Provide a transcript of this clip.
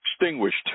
extinguished